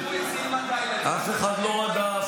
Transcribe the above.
כשתקפו את סילמן, אף אחד לא רדף.